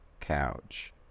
Couch